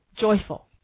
joyful